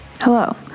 Hello